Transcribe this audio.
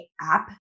app